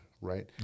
right